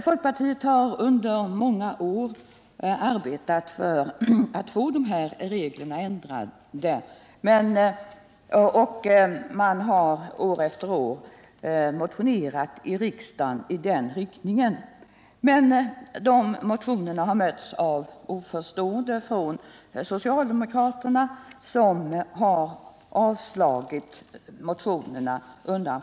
Folkpartiet har under många år arbetat på att få de här reglerna ändrade, och folkpartister har år efter år motionerat härom i riksdagen. Motionerna har emellertid mötts av oförstående från socialdemokraterna som gång på gång har avslagit dem.